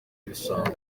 ibisambo